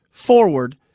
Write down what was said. forward